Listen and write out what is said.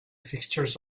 fixtures